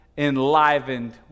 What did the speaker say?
enlivened